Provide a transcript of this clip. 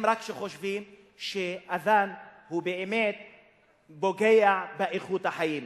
הם רק שחושבים שאַזַאן הוא באמת פוגע באיכות החיים.